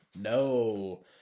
no